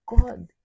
God